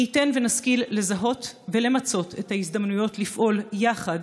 מי ייתן ונשכיל לזהות ולמצות את ההזדמנויות לפעול יחד